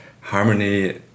harmony